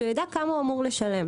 שהוא ידע כמה הוא אמור לשלם.